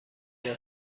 گوجه